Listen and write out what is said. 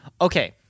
okay